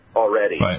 already